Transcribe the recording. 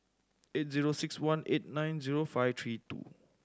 eight zero six one eight nine zero five three two